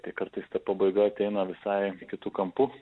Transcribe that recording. tai kartais ta pabaiga ateina visai kitu kampu